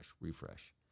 refresh